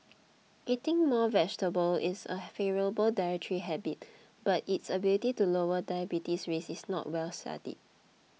eating more vegetables is a favourable dietary habit but its ability to lower diabetes risk is not well studied